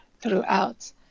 throughout